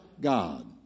God